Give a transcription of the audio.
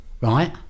right